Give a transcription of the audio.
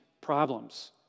problems